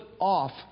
off